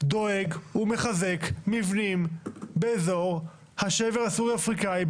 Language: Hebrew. דואג ומחזק מבנים באזור השבר הסורי אפריקאי,